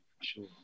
sure